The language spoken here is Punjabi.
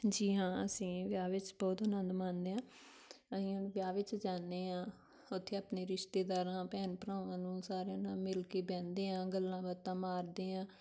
ਜੀ ਹਾਂ ਅਸੀਂ ਵਿਆਹ ਵਿੱਚ ਬਹੁਤ ਆਨੰਦ ਮਾਣਦੇ ਹਾਂ ਅਸੀਂ ਵਿਆਹ ਵਿੱਚ ਜਾਂਦੇ ਹਾਂ ਉੱਥੇ ਆਪਣੇ ਰਿਸ਼ਤੇਦਾਰਾਂ ਭੈਣ ਭਰਾਵਾਂ ਨੂੰ ਸਾਰਿਆਂ ਨਾਲ ਮਿਲ ਕੇ ਬਹਿੰਦੇ ਹਾਂ ਗੱਲਾਂ ਬਾਤਾਂ ਮਾਰਦੇ ਹਾਂ